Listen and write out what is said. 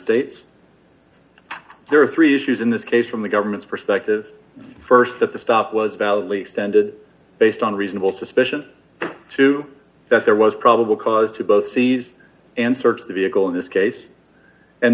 states there are three issues in this case from the government's perspective st that the stop was validly sended based on reasonable suspicion to that there was probable cause to both seize and search the vehicle in this case and